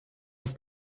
ist